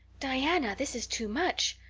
diana, this is too much.